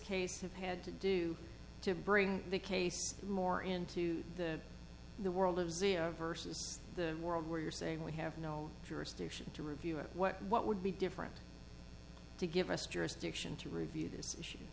case have had to do to bring the case more into the world of zero versus the world where you're saying we have no jurisdiction to review it what what would be different to give us jurisdiction to review this issue